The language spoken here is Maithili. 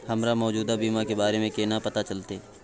हमरा मौजूदा बीमा के बारे में केना पता चलते?